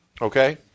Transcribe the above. Okay